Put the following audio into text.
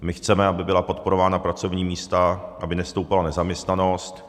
My chceme, aby byla podporována pracovní místa, aby nestoupala nezaměstnanost.